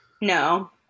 No